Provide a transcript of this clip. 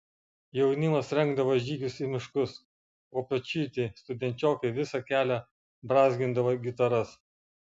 jaunimas rengdavo žygius į miškus o pečiuiti studenčiokai visą kelią brązgindavo gitaras